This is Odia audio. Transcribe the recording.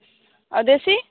ଆଉ ଦେଶୀ